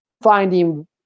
finding